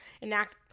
enact